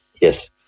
yes